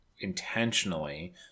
intentionally